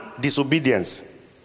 disobedience